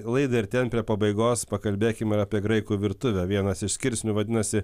laidai artėjant prie pabaigos pakalbėkime apie graikų virtuvę vienas iš skirsnių vadinasi